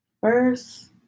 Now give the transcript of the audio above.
First